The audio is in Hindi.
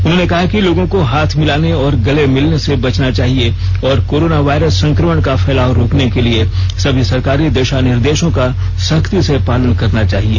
उन्होंने कहा कि लोगों को हाथ मिलाने और गले मिलने से बचना चाहिए और कोरोना वायरस संक्रमण का फैलाव रोकने के लिए सभी सरकारी दिशा निर्देशों का सख्ती से पालन करना चाहिए